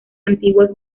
antiguos